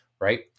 right